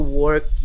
work